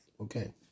Okay